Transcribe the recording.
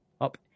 up